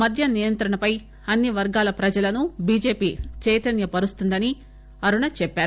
మద్యం నియంత్రణపై అన్ని వర్గాల ప్రజలను బీజేపీ చైతన్నపరుస్తుందని అరుణ చెప్పారు